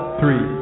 three